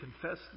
confess